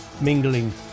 mingling